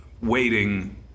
Waiting